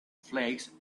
flakes